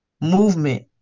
movement